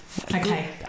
okay